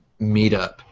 meetup